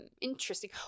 Interesting